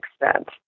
extent